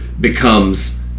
becomes